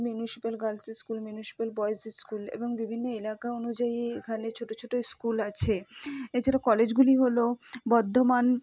municipal girls school municipal boys school এবং বিভিন্ন এলাকা অনুযায়ী এখানে ছোট ছোট স্কুল আছে এছাড়া কলেজগুলি হল বর্ধমান